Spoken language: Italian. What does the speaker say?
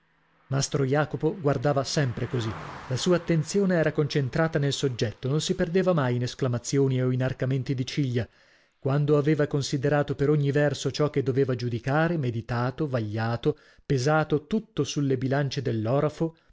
mastro jacopo guardava sempre così la sua attenzione era concentrata nel soggetto non si perdeva mai in esclamazioni o inarcamenti di ciglia quando aveva considerato per ogni verso ciò che doveva giudicare meditato vagliato pesato tutto sulle bilance dell'orafo